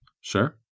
Sure